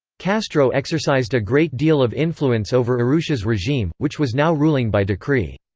castro exercised a great deal of influence over urrutia's regime, which was now ruling by decree.